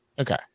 Okay